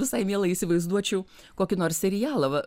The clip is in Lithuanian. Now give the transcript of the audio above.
visai mielai įsivaizduočiau kokį nors serialą va